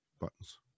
buttons